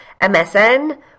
MSN